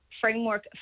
framework